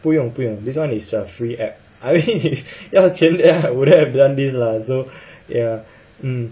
不用不用 this one is a free app I mean if 要钱 then I wouldn't have done this lah so ya